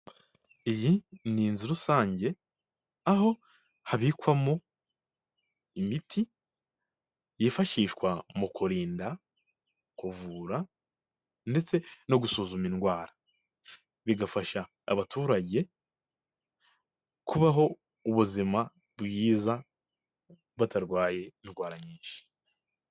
Iyi n inzu rusange aho habikwamo imiti yifashishwa mu kurinda, kuvura ndetse no gusuzuma indwara bigafasha abaturage kubaho ubuzima bwiza batarwaye indwara nyinshi.